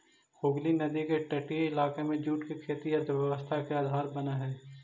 हुगली नदी के तटीय इलाका में जूट के खेती अर्थव्यवस्था के आधार बनऽ हई